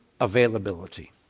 availability